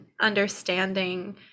understanding